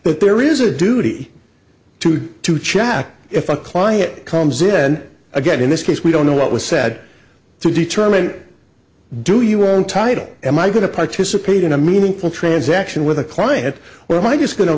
but there is a duty to you to chat if a client comes in again in this case we don't know what was said to determine do you were entitle am i going to participate in a meaningful transaction with a climate where am i just go